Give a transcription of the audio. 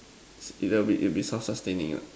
if that it will be self sustaining ah